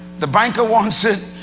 the banker wants it.